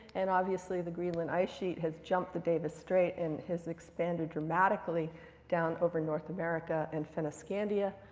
and obviously, the greenland ice sheet has jumped the davis strait and has expanded dramatically down over north america and fennoscandia.